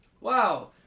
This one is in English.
Wow